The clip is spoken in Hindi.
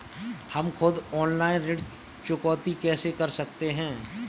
हम खुद ऑनलाइन ऋण चुकौती कैसे कर सकते हैं?